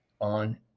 on